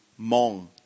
Mong